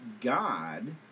God